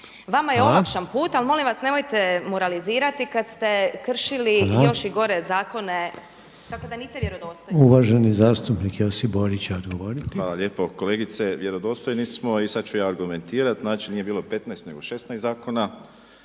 Vama je olakšan put, ali molim vas nemojte moralizirati kad ste kršili još i gore zakone, tako da niste vjerodostojni. **Reiner, Željko (HDZ)** Uvaženi zastupnik Josip Borić će odgovoriti. **Borić, Josip (HDZ)** Hvala lijepo. Kolegice vjerodostojni smo i sad ću ja argumentirati. Znači nije bilo 15 nego 16 zakona.